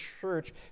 church